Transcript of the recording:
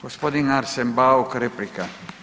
Gospodin Arsen Bauk replika.